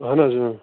اَہَن حظ